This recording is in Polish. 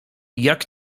jak